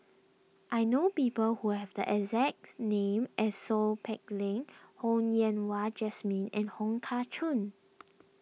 I know people who have the exacts name as Seow Peck Leng Ho Yen Wah Jesmine and Wong Kah Chun